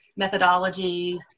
methodologies